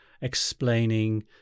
explaining